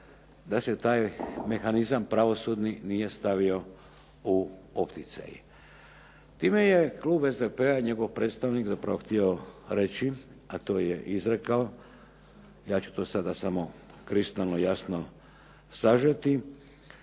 da se taj mehanizam pravosudni nije stavio u opticaj. Time je Klub SDP-a, njegov predstavnik htio reći, a to je izrekao ja ću to sada samo kristalno jasno sažeti,